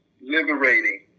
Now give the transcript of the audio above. liberating